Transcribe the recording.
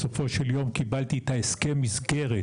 בסופו של יום קיבלתי את ההסכם מסגרת.